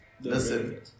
listen